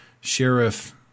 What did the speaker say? Sheriff